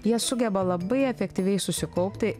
jie sugeba labai efektyviai susikaupti